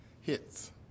hits